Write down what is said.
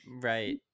Right